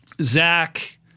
Zach